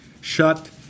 shut